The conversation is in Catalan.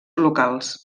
locals